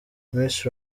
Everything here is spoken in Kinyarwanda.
misi